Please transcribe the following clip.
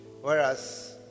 whereas